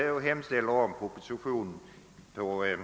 Jag hemställer om proposition på mitt yrkande.